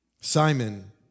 Simon